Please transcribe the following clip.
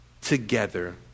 together